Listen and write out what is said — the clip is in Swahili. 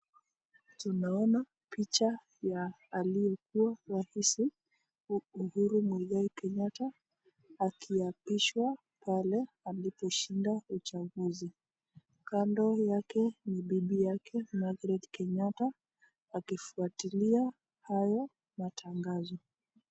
Tunaona picha ya aliyekuwa rais Uhuru Mwigai Kenyatta akiapishwa pale aliposhinda uchaguzi. Kando yake ni bibi yake Margaret Kenyatta akifuatilia hayo matangazo.